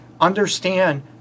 understand